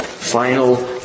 Final